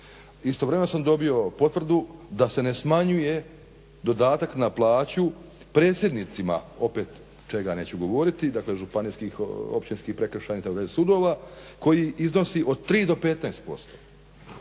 Istovremeno sam dobio potvrdu da se ne smanjuje dodatak na plaću predsjednicima opet čega neću govoriti, dakle županijskih, općinskih, prekršajnih itd. sudova koji iznosi od 3 do 15%.